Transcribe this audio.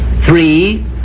Three